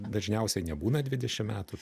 dažniausiai nebūna dvidešim metų